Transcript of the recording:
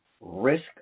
risk